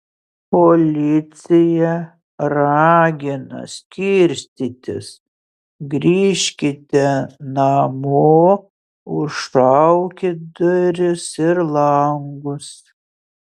policija ragina skirstytis grįžkite namo užšaukit duris ir langus